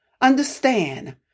understand